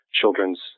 children's